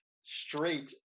straight